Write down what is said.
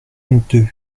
deux